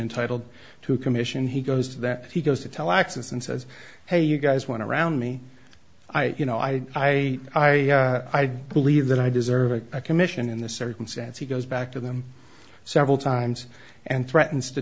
entitled to a commission he goes to that he goes to tell access and says hey you guys want to round me i you know i i i do believe that i deserve a commission in this circumstance he goes back to them several times and threatens to